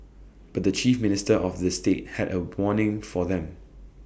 but the chief minister of the state had A warning for them